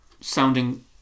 sounding